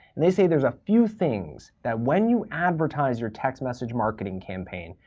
they say there's a few things that, when you advertise your text message marketing campaign,